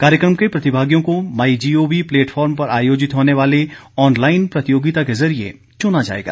कार्यक्रम के प्रतिभागियों को माई जीओवी प्लेटफार्म पर आयोजित होने वाले ऑनलाइन प्रतियोगिता के जरिये चुना जायेगा